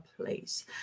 place